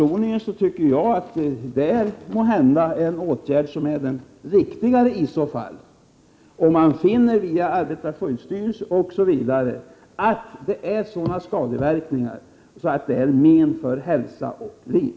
är GE ä Se regler för lättdiesel, menar jag att den åtgärden måhända är den riktigaste, om man via mim arbetarskyddsstyrelsen och andra organ finner att motorsågsbränslet ger upphov till sådana skadeverkningar att det utgör ett men för hälsa och liv.